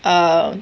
uh